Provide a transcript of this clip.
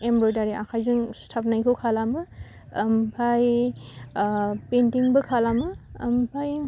embroidery आखाइजों सुथाबनायखौ खालामो ओमफाय पेइनथिंबो खालामो ओमफाय